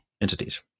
entities